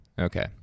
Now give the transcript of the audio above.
Okay